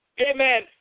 Amen